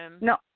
No